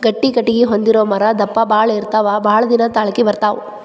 ಗಟ್ಟಿ ಕಟಗಿ ಹೊಂದಿರು ಮರಾ ದಪ್ಪ ಬಾಳ ಇರತಾವ ಬಾಳದಿನಾ ತಾಳಕಿ ಬರತಾವ